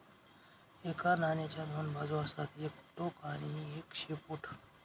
एका नाण्याच्या दोन बाजू असतात एक डोक आणि एक शेपूट